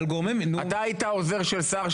אסביר לך דבר אחד.